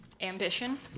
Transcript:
Ambition